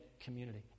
community